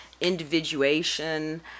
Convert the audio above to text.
individuation